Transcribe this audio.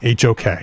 HOK